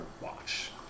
watch